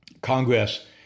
Congress